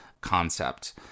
concept